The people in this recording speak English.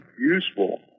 useful